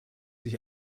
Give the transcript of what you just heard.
sich